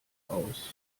aus